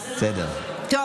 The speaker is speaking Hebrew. בסדר, לסיים.